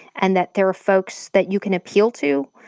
and that there are folks that you can appeal to,